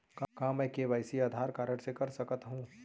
का मैं KYC Aadhaar card से कर सकत हो?